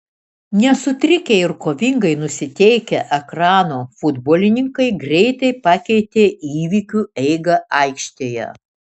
nesutrikę ir kovingai nusiteikę ekrano futbolininkai greitai pakeitė įvykių eigą aikštėje